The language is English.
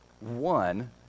one